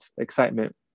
excitement